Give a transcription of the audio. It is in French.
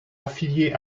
affiliés